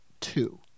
two